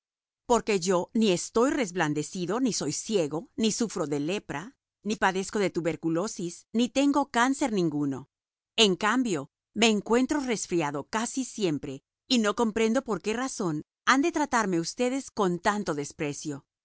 porque yo ni estoy reblandecido ni soy ciego ni sufro de lepra ni padezco de tuberculosis ni tengo cáncer ninguno en cambio me encuentro resfriado casi siempre y no comprendo por qué razón han de tratarme ustedes con tanto desprecio